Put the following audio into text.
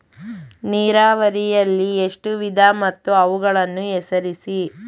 ನೀರಾವರಿಯಲ್ಲಿ ಎಷ್ಟು ವಿಧ ಮತ್ತು ಅವುಗಳನ್ನು ಹೆಸರಿಸಿ?